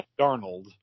Darnold